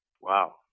Wow